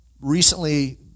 recently